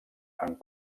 amb